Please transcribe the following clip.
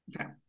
okay